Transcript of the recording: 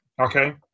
Okay